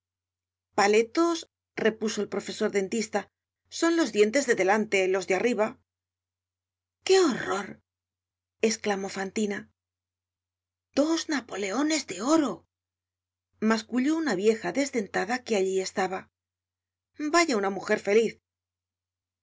paletos repuso el profesor dentista son los dientes de delante los dos de arriba qué horror esclamó fantina dos napoleones de oro masculló una vieja desdentada que allí estaba vaya una mujer feliz